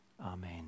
Amen